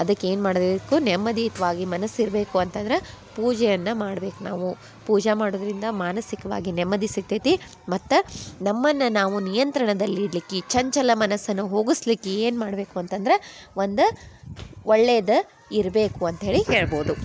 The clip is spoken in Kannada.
ಅದಕ್ಕೆ ಏನು ಮಾಡಬೇಕು ನೆಮ್ಮದಿಯುತವಾಗಿ ಮನಸ್ಸಿರ್ಬೇಕು ಅಂತಂದ್ರೆ ಪೂಜೆಯನ್ನು ಮಾಡ್ಬೇಕು ನಾವು ಪೂಜೆ ಮಾಡೋದ್ರಿಂದ ಮಾನಸಿಕವಾಗಿ ನೆಮ್ಮದಿ ಸಿಗ್ತೈತಿ ಮತ್ತು ನಮ್ಮನ್ನು ನಾವು ನಿಯಂತ್ರಣದಲ್ಲಿ ಇಡ್ಲಿಕ್ಕೆ ಚಂಚಲ ಮನಸ್ಸನ್ನು ಹೋಗುಸ್ಲಿಕ್ಕೆ ಏನು ಮಾಡಬೇಕು ಅಂತಂದ್ರೆ ಒಂದು ಒಳ್ಳೇದು ಇರಬೇಕು ಅಂತ ಹೇಳಿ ಹೇಳ್ಬೋದು